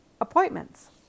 appointments